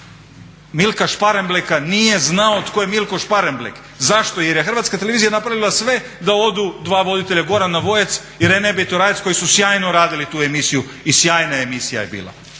Milka Šparembleka. Nije znao tko je Milko Šparemblek. Zašto jer je Hrvatska televizija napravila sve da odu dva voditelja Goran Navojec i Rene Bitorajac koji su sjajno radili tu emisiju i sjajna emisija je bila.